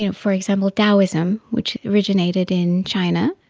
you know for example, taoism which originated in china,